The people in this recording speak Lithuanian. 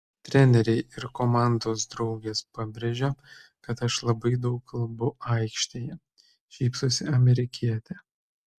treneriai ir komandos draugės pabrėžia kad aš labai daug kalbu aikštėje šypsosi amerikietė